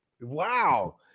Wow